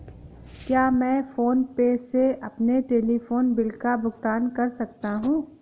क्या मैं फोन पे से अपने टेलीफोन बिल का भुगतान कर सकता हूँ?